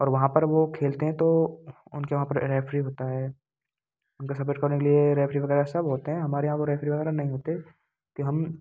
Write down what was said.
और वहाँ पर वो खेलते हैं तो उनके वहाँ पर रेफरी होता है उनका सपोर्ट करने के लिए रेफरी वगैरह सब होते हैं हमारे यहाँ वो रेफरी वगैरह नहीं होते कि हम